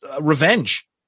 Revenge